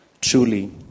Truly